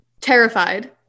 Terrified